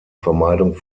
vermeidung